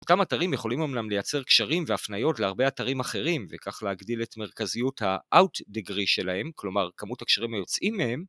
אותם אתרים יכולים אמנם לייצר קשרים והפניות להרבה אתרים אחרים וכך להגדיל את מרכזיות האווט דגרי שלהם כלומר, כמות הקשרים היוצאים מהם